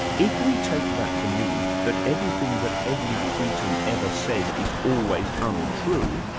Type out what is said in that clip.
if we take that to mean that everything that every cretan ever says is always untrue,